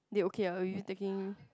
they okay ah or you taking